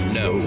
no